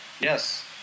yes